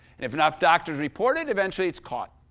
and if enough doctors report it, eventually it's caught.